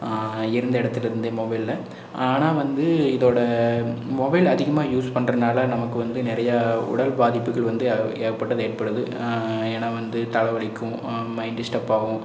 இருந்த இடத்துட்ட இருந்தே மொபைல்ல ஆனால் வந்து இதோட மொபைல் அதிகமாக யூஸ் பண்ணுறனால நமக்கு வந்து நிறையா உடல் பாதிப்புகள் வந்து ஏகப்பட்டது ஏற்படுது ஏன்னா வந்து தலை வலிக்கும் மைண்ட் டிஸ்டப் ஆகும்